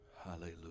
Hallelujah